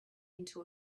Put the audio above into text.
into